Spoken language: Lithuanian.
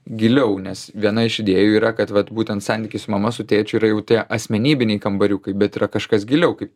giliau nes viena iš idėjų yra kad vat būtent santykis su mama su tėčiu yra jau tie asmenybiniai kambariukai bet yra kažkas giliau kaip